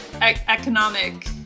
economic